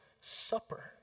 supper